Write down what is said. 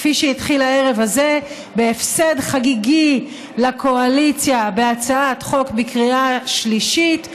כפי שהתחיל הערב הזה בהפסד חגיגי לקואליציה בהצעת חוק בקריאה שלישית,